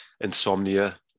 insomnia